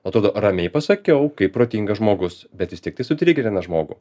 atrodo ramiai pasakiau kaip protingas žmogus bet vis tiek tai sutrigerina žmogų